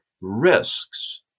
risks